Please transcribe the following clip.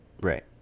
Right